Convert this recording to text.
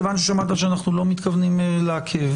מכיוון ששמעת שאנחנו לא מתכוונים לעכב,